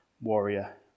warrior